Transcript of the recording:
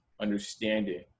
understanding